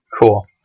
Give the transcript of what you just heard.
cool